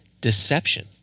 deception